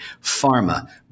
Pharma